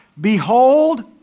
Behold